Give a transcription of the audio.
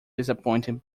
disappointing